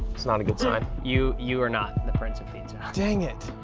that's not a good sign. you you are not the prince of pizza. dang it.